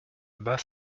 bus